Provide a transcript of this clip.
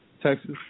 Texas